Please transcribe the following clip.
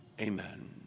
Amen